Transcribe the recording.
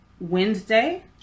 Wednesday